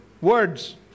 Words